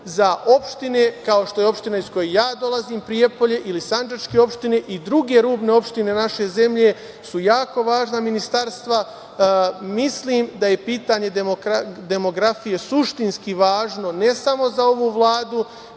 za opštine kao što je opština iz koje ja dolazim, Prijepolje, ili sandžačke opštine i druge rubne opštine naše zemlje su jako važna ministarstva, mislim da je pitanje demografije suštinski važno ne samo za ovu Vladu,